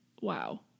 wow